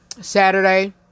Saturday